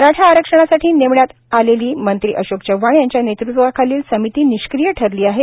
मराठा आरक्षणासाठी नेमण्यात आलेली मंत्री अशोक चव्हाण यांच्या नेतृत्वाखालील समिती निष्क्रिय ठरली आहे